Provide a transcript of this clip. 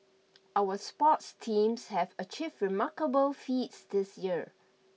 our sports teams have achieved remarkable feats this year